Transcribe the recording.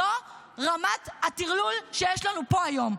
זו רמת הטרלול שיש לנו פה היום.